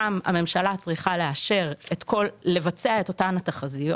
גם הממשלה צריכה לאשר לבצע את אותן התחזיות,